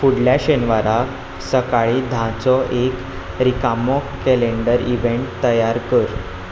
फुडल्या शेनवाराक सकाळीं धांचो एक रिकामो कॅलेंडर इवँट तयार कर